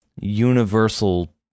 universal